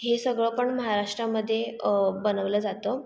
हे सगळं पण माहाराष्ट्रामध्ये बनवलं जातं